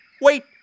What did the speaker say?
wait